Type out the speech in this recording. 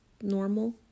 normal